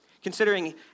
Considering